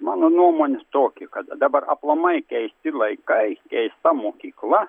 mano nuomonė tokia kad dabar aplamai keisti laikai keista mokykla